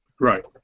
right